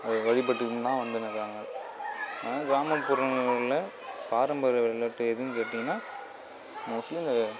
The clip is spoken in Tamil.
அதை வழிப்பட்டுன்னு தான் வந்துகின்னு இருக்காங்க அதனால் கிராமப்புறங்குகளில் பாரம்பரிய விளையாட்டு எதுன்னு கேட்டிங்கன்னால் மோஸ்ட்லி இந்த